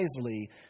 wisely